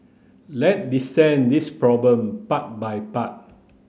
let dissect this problem part by part